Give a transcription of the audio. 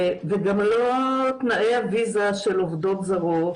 וגם לא תנאי הוויזה של עובדות זרות,